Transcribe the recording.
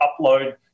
upload